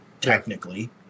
technically